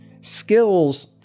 skills